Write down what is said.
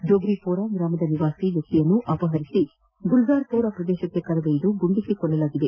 ಡೋಗ್ರಿಪೋರಾ ಗ್ರಾಮದ ನಿವಾಸಿಯಾದ ವ್ಯಕ್ತಿಯನ್ನು ಅಪಹರಿಸಿ ಗುಲ್ಜಾರ್ಪುರ ಪ್ರದೇಶಕ್ಷೆ ಕರೆದೊಯ್ದ ಗುಂಡಿಕ್ಕಿ ಕೊಲ್ಲಲಾಗಿದೆ